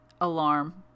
alarm